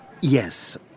Yes